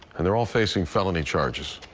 and they're all facing felony charges.